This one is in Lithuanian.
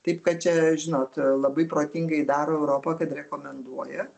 taip kad čia žinot labai protingai daro europą kad rekomenduoja